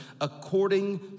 according